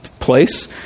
place